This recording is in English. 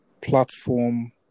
platform